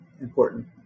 important